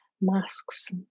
masks